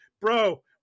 bro